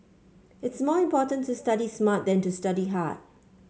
it is more important to study smart than to study hard